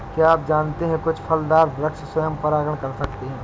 क्या आप जानते है कुछ फलदार वृक्ष स्वयं परागण कर सकते हैं?